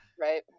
Right